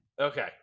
Okay